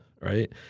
right